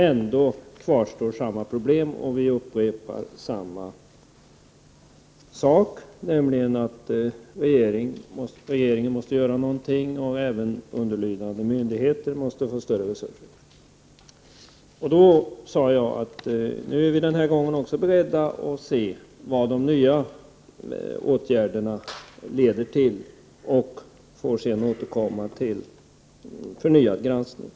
Ändå kvarstår samma problem, och vi upprepar samma sak, nämligen att regeringen måste se till att underlydande myndigheter får större resurser. Sedan sade jag att vi också den här gången är beredda att se vad de nya åtgärderna leder till och att vi därefter får återkomma med förnyad granskning.